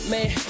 Man